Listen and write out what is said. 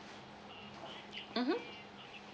mmhmm